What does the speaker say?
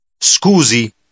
scusi